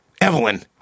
Evelyn